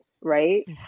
right